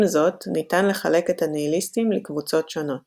עם זאת, ניתן לחלק את הניהיליסטים לקבוצות שונות